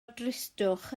dristwch